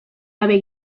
gabe